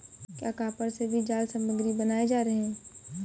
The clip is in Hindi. क्या कॉपर से भी जाल सामग्री बनाए जा रहे हैं?